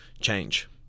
change